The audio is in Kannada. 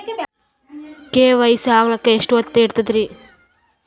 ಕೆ.ವೈ.ಸಿ ಆಗಲಕ್ಕ ಎಷ್ಟ ಹೊತ್ತ ಹಿಡತದ್ರಿ?